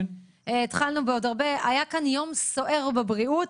היה כאן יום סוער בעניין הבריאות.